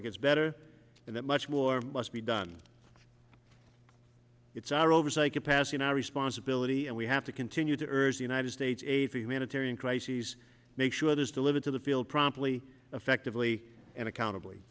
it gets better and that much more must be done it's our oversight capacity now responsibility and we have to continue to urge the united states aid for humanitarian crises make sure there's delivered to the field promptly effectively and accountab